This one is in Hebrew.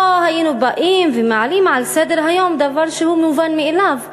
לא היינו באים ומעלים לסדר-היום דבר שהוא מובן מאליו.